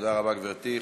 תודה רבה, גברתי.